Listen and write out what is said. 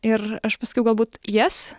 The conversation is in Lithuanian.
ir aš pasakiau galbūt jes